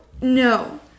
no